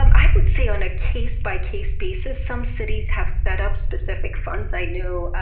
um i would say on a case-by-case basis. some cities have set up specific funds. i know